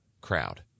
crowd